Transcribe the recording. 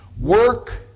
Work